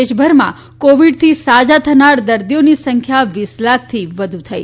દેશભરમાં કોવીડથી સાજા થનાર દર્દીઓની સંખ્યા વીસ લાખથી વધુ થઇ